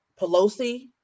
Pelosi